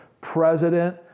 president